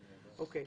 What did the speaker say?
אוקיי.